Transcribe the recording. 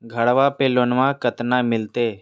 घरबा पे लोनमा कतना मिलते?